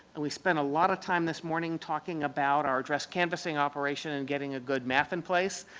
and we spent a lot of time this morning talking about our address canvassing operation and getting a good map in place.